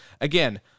again